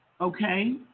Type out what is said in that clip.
Okay